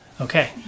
Okay